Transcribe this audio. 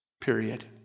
period